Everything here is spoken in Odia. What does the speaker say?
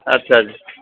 ଆଚ୍ଛା ଆଚ୍ଛା